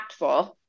impactful